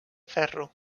ferro